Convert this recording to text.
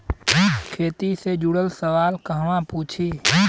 खेती से जुड़ल सवाल कहवा पूछी?